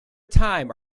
time